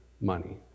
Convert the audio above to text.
money